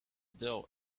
dull